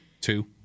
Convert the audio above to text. Two